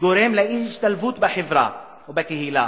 זה גורם לאי-השתלבות בחברה או בקהילה